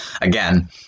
again